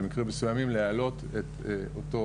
במקרים מסוימים, להעלות את אותו